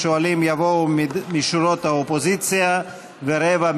מהשואלים יבואו משורות האופוזיציה ורבע,